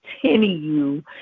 continue